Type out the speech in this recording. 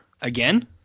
again